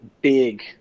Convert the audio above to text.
big